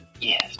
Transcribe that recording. Yes